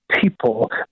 people